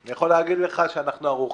אני יכול להגיד לך שאנחנו ערוכים